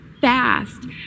fast